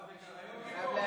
מה זה, קריוקי פה?